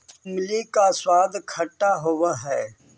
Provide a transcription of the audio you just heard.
इमली का स्वाद खट्टा होवअ हई